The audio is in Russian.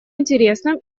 интересном